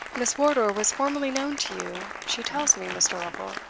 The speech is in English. miss wardour was formerly known to you, she tells me, mr. lovel?